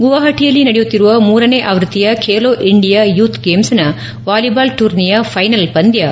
ಗುವಾಪಟಿಯಲ್ಲಿ ನಡೆಯುತ್ತಿರುವ ಮೂರನೇ ಆವ್ಯಕ್ಷಿಯ ಖೇಲೋ ಇಂಡಿಯಾ ಯೂತ್ ಗೇಮ್ನ ವಾಲಿಬಾಲ್ ಟೂರ್ನಿಯ ಫೈನಲ್ ಪಂದ್ಯ ಇಂದು